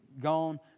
gone